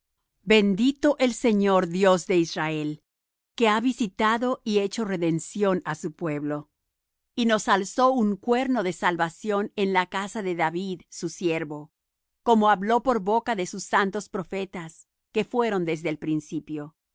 bendito el señor dios de israel que ha visitado y hecho redención á su pueblo y nos alzó un cuerno de salvación en la casa de david su siervo como habló por boca de sus santos profetas que fueron desde el principio